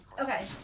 Okay